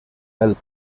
pel